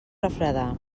refredar